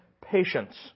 patience